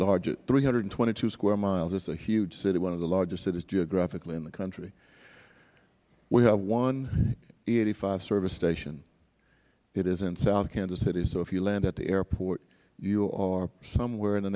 larger three hundred and twenty two square miles it is a huge city one of the largest cities geographically in the country we have one e service station it is in south kansas city so if you land at the airport you are somewhere in the